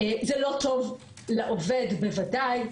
זה לא טוב לעובד בוודאי,